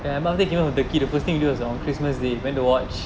and I'll take you to the university news of christmas they went the watch